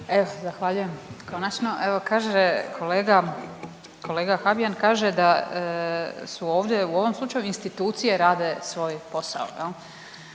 Eh zahvaljujem konačno, evo kaže kolega, kolega Habijan kaže su ovdje u ovom slučaju institucije rade svoj posao